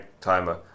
timer